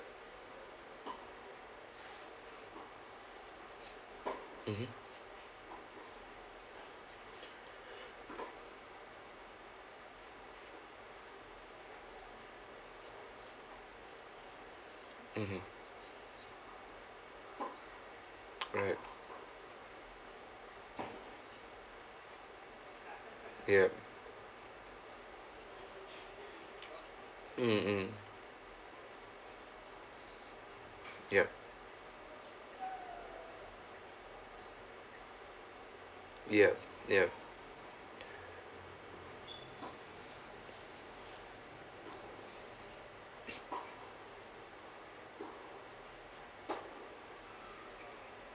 mmhmm mmhmm right yup mm mm yup yup yup